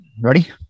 Ready